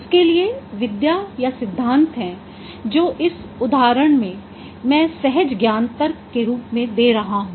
उसके लिए विद्या या सिद्धांत हैं जो इस उदाहरण में मैं सहजज्ञान तर्क के रूप में दे रहा हूँ